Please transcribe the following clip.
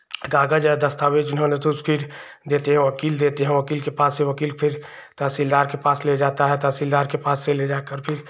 कागज और दस्तावेज़ इन्होंने देते हैं वकील देते हैं वकील के पास से वकील फिर तहसीलदार के पास ले जाता है तहसीलदार के पास से ले जाकर फिर